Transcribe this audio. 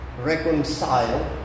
reconcile